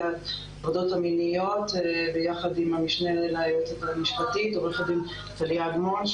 ההטרדות המיניות ביחד עם המשנה ליועצת המשפטית עו"ד טליה אגמון,